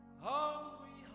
Hungry